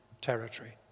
territory